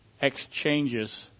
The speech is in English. exchanges